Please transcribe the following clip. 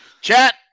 Chat